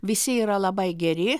visi yra labai geri